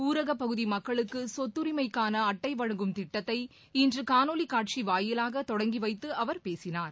ஊரகப் பகுதி மக்களுக்கு சொத்தரிமைக்கான அட்டை வழங்கும் திட்டத்தை இன்று காணொலிக் காட்சி வாயிலாக தொடங்கி வைத்து அவர் பேசினார்